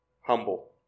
humble